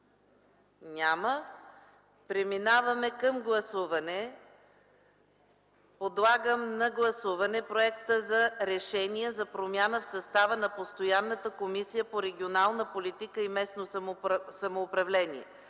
Няма. Преминаваме към гласуване. Подлагам на гласуване проекта за Решение за промяна в състава на Постоянната комисия по регионална политика и местно самоуправление.